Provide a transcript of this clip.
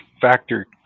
factor